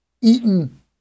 eaten